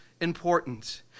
important